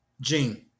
gene